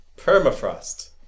Permafrost